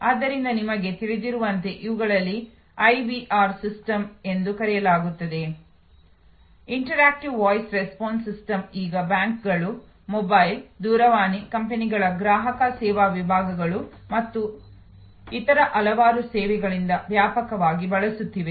ಆದ್ದರಿಂದ ನಿಮಗೆ ತಿಳಿದಿರುವಂತೆ ಇವುಗಳನ್ನು ಐವಿಆರ್ ಸಿಸ್ಟಮ್ ಎಂದು ಕರೆಯಲಾಗುತ್ತದೆ ಇಂಟರ್ಯಾಕ್ಟಿವ್ ವಾಯ್ಸ್ ರೆಸ್ಪಾನ್ಸ್ ಸಿಸ್ಟಮ್ ಈಗ ಬ್ಯಾಂಕುಗಳು ಮೊಬೈಲ್ ದೂರವಾಣಿ ಕಂಪನಿಗಳ ಗ್ರಾಹಕ ಸೇವಾ ವಿಭಾಗಗಳು ಮತ್ತು ಇತರ ಹಲವಾರು ಸೇವೆಗಳಿಂದ ವ್ಯಾಪಕವಾಗಿ ಬಳಸುತ್ತಿದೆ